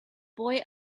boy